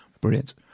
Brilliant